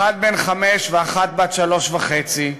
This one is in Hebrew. אחד בן חמש ואחת בת שלוש וחצי,